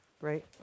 right